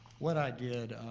what i did,